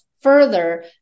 further